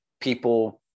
people